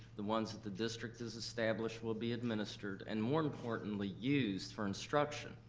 the ones that the district has established will be administered and, more importantly, used for instruction.